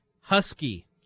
Husky